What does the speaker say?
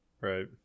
Right